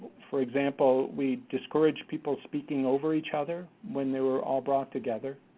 for example, we discourage people speaking over each other, when they were all brought together.